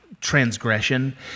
transgression